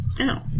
Ow